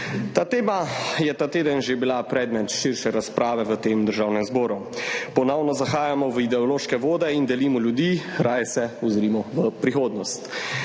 Ta tema je ta teden že bila predmet širše razprave v tem državnem zboru. Ponovno zahajamo v ideološke vode in delimo ljudi. Raje se ozrimo v prihodnost.